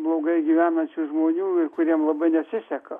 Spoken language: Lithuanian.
blogai gyvenančių žmonių ir kuriem labai nesiseka